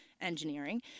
engineering